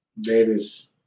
Davis